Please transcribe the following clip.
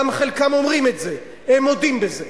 וחלקם גם אומרים את זה, הם מודים בזה.